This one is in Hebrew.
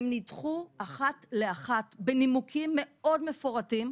והן נדחו אחת לאחת בנימוקים מאוד מפורטים,